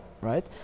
right